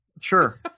Sure